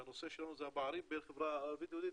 והנושא שלנו זה הפערים בין החברה הערבית והיהודית,